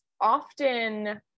often